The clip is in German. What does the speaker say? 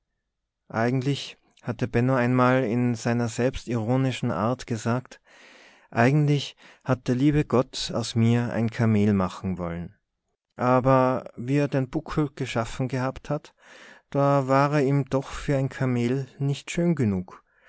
eigentlich hatte benno einmal in seiner selbstironischen art gesagt eigentlich hat der liebe gott aus mir ein kamel machen wollen aber wie er den buckel geschaffen gehabt hat da war er ihm doch für ein kamel nicht schön genug